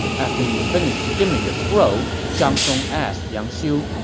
after he finished skimming the scroll, zhang song asked yang xiu,